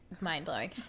mind-blowing